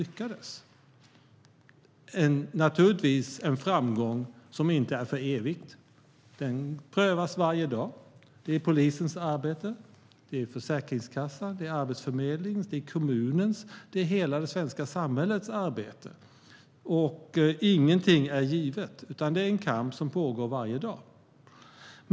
Det är naturligtvis en framgång som inte är för evigt. Den prövas varje dag. Det handlar om polisens arbete, Försäkringskassans arbete, Arbetsförmedlingens arbete, kommunens arbete och hela det svenska samhällets arbete. Ingenting är givet. Det är en kamp som pågår varje dag.